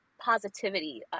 positivity